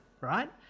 right